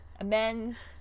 amends